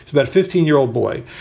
about fifteen year old boy.